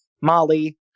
Molly